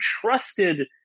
trusted